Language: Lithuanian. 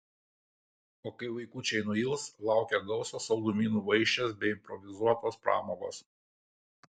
o kai vaikučiai nuils laukia gausios saldumynų vaišės bei improvizuotos pramogos